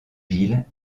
ville